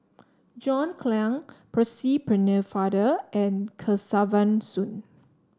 John Clang Percy Pennefather and Kesavan Soon